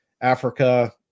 Africa